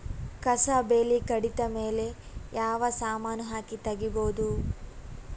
ಕಸಾ ಬೇಲಿ ಕಡಿತ ಮೇಲೆ ಯಾವ ಸಮಾನ ಹಾಕಿ ತಗಿಬೊದ?